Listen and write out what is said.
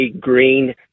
green